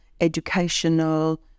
educational